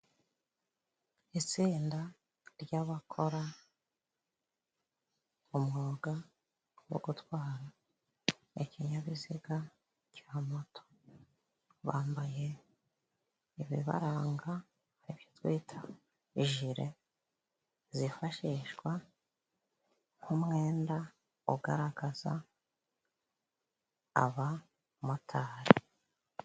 Itsinda ry'abakora umwuga wo gutwara ikinyabiziga cya moto， bambaye ibibaranga，icyo twita ijire zifashishwa nk' umwenda， ugaragaza abamotari.